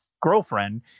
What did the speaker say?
girlfriend